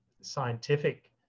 scientific